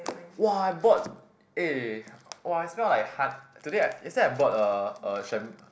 !wah! I bought eh I smell like hon~ today I yesterday I bought a a sham~